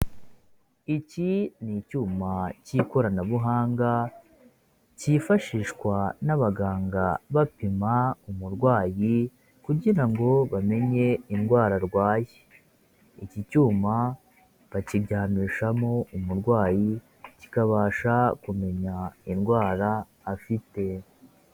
Iki ni icyuma cy'ikoranabuhanga cyifashishwa n'abaganga bapima umurwayi, kugira ngo bamenye indwara arwaye. Iki cyuma bakiryamishamo umurwayi kikabasha kumenya indwara afite.